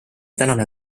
tänane